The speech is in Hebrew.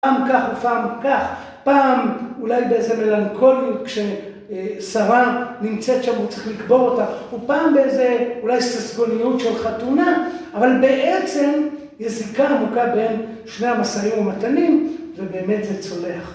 פעם כך ופעם כך, פעם אולי באיזו מלנכוליות כששרה נמצאת שם והוא צריך לקבור אותה. ופעם באיזה אולי ססגוניות של חתונה, אבל בעצם יש זיקה עמוקה בין שני המשאים ומתנים ובאמת זה צולח.